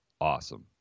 awesome